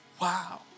Wow